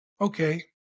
Okay